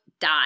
die